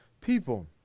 people